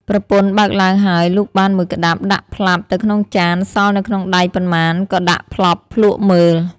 ប្រពន្ធបើកឡើងហើយលូកបាន១ក្ដាប់ដាក់ផ្លាប់ទៅក្នុងចានសល់នៅក្នុងដៃប៉ុន្មានក៏ដាក់ផ្លប់ភ្លក់មើល។